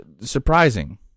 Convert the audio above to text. surprising